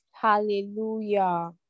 Hallelujah